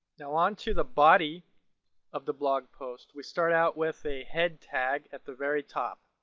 now on to the body of the blog-post. we start out with a head tag at the very top,